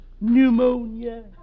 pneumonia